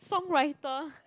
songwriter